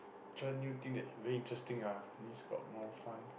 try new thing that very interesting ah at least got more fun